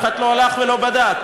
אף אחד לא הלך ולא בדק.